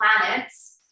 planets